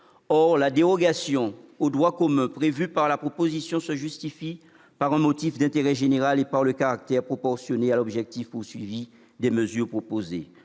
Or la dérogation au droit commun prévue par la proposition de loi se justifie par un motif d'intérêt général et par le caractère proportionné à l'objectif visé par les mesures proposées,